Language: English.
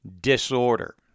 disorder